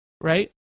right